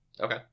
Okay